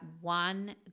one